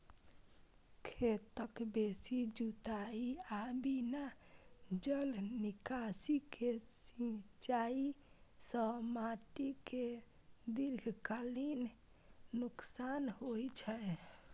खेतक बेसी जुताइ आ बिना जल निकासी के सिंचाइ सं माटि कें दीर्घकालीन नुकसान होइ छै